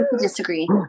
disagree